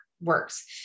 works